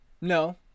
no